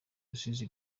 rusizi